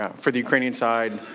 um for the ukranian side,